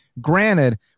granted